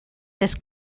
més